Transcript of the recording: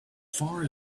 far